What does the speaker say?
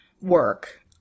work